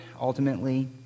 ultimately